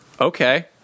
okay